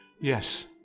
yes